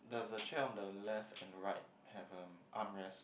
does the chair on the left and right have a armrest